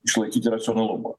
išlaikyti racionalumą